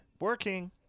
working